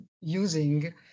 using